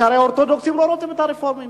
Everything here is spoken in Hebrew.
הרי יש אורתודוקסים שלא רוצים את הרפורמים.